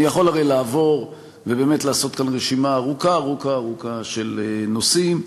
אני יכול הרי לעבור ובאמת לעשות כאן רשימה ארוכה ארוכה ארוכה של נושאים,